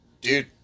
dude